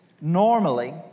normally